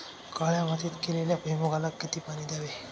काळ्या मातीत केलेल्या भुईमूगाला किती पाणी द्यावे?